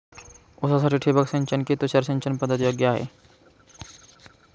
ऊसासाठी ठिबक सिंचन कि तुषार सिंचन पद्धत योग्य आहे?